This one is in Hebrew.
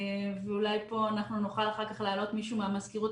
אולי פה אנחנו נוכל אחר כך להעלות מישהו מהמזכירות